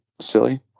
silly